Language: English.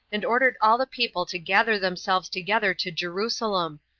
and ordered all the people to gather themselves together to jerusalem,